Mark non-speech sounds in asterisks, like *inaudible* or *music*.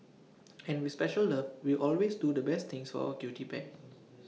*noise* and with special love we always do the best things for our cutie pet